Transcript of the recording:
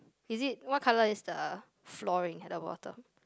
is it what colour is the flooring at the bottom